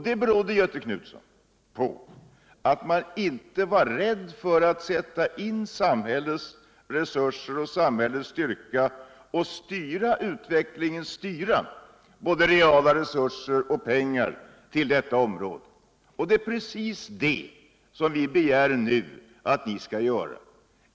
Det berodde, Göthe Knutson, på att man inte var rädd för att sätta in samhällets resurser och samhällets styrka för att styra både reala resurser och pengar till detta område. Det är precis det som vi nu begär att ni skall göra.